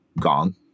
Gong